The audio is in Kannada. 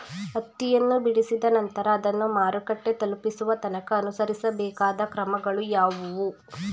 ಹತ್ತಿಯನ್ನು ಬಿಡಿಸಿದ ನಂತರ ಅದನ್ನು ಮಾರುಕಟ್ಟೆ ತಲುಪಿಸುವ ತನಕ ಅನುಸರಿಸಬೇಕಾದ ಕ್ರಮಗಳು ಯಾವುವು?